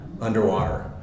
underwater